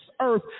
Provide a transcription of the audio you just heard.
earth